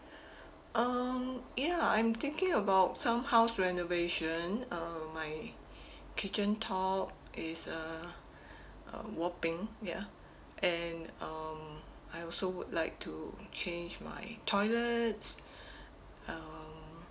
um ya uh I'm thinking about some house renovation uh my kitchen top is uh uh wobbling ya and um I also would like to change my toilets um